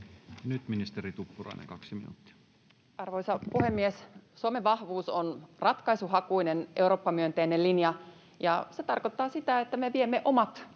Arvoisa puhemies! Suomen vahvuus on ratkaisuhakuinen eurooppamyönteinen linja, ja se tarkoittaa sitä, että me viemme omat